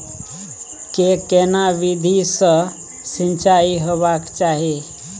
के केना विधी सॅ सिंचाई होबाक चाही?